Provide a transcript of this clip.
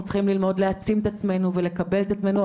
צריכים ללמוד להעצים את עצמנו ולקבל את עצמנו,